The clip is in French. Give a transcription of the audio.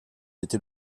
était